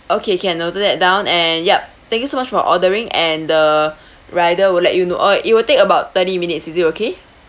okay can noted that down and yup thank you so much for ordering and the rider will let you know oh it will take about thirty minutes is it okay